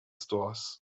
stores